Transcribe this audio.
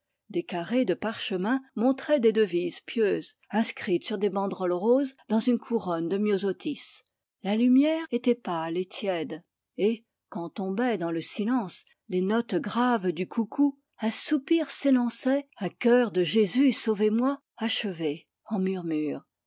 des carrés de parchemin arboraient des devises pieuses inscrites sur des banderoles roses dans une couronne de myosotis la lumière était pâle et tiède et quand tombaient dans le silence les notes graves du coucou un soupir s'élançait un cœur de jésus sauvez-moi achevé en murmure